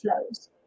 flows